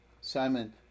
Simon